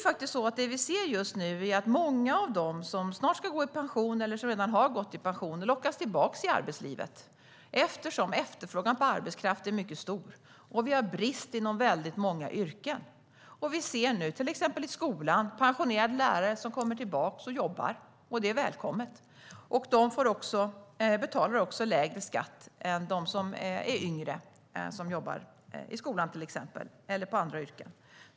Det vi ser just nu är att många av dem som snart ska gå i pension eller som redan har gått i pension lockas tillbaka till arbetslivet eftersom efterfrågan på arbetskraft är mycket stor och vi har brist inom väldigt många yrken. Vi ser nu till exempel i skolan att pensionerade lärare kommer tillbaka och jobbar, och det är välkommet. De betalar också lägre skatt än de som är yngre och till exempel jobbar i skolan eller i andra yrken.